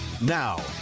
Now